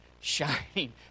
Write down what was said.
shining